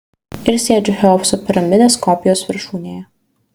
ir sėdžiu cheopso piramidės kopijos viršūnėje